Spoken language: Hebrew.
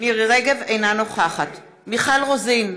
אינה נוכחת מיכל רוזין,